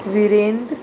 Virender